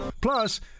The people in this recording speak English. Plus